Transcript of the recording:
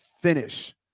finish